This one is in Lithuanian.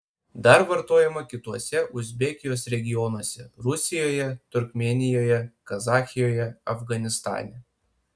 dar vartojama kituose uzbekijos regionuose rusijoje turkmėnijoje kazachijoje afganistane